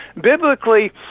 biblically